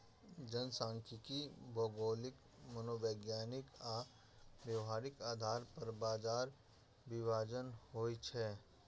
जनखांख्यिकी भौगोलिक, मनोवैज्ञानिक आ व्यावहारिक आधार पर बाजार विभाजन होइ छै